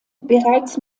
bereits